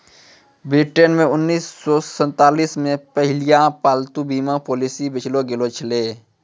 ब्रिटेनो मे उन्नीस सौ सैंतालिस मे पहिला पालतू बीमा पॉलिसी बेचलो गैलो छलै